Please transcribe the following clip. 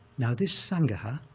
now, this sangaha,